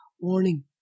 warning